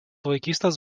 vaikystės